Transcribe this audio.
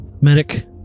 medic